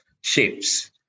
shapes